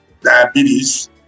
Diabetes